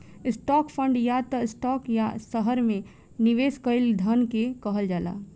stock fund या त stock या शहर में निवेश कईल धन के कहल जाला